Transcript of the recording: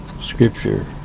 scripture